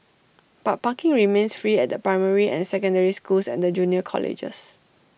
but parking remains free at the primary and secondary schools and the junior colleges